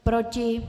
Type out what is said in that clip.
Proti?